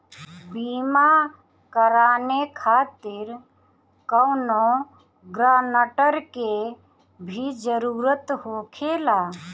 बीमा कराने खातिर कौनो ग्रानटर के भी जरूरत होखे ला?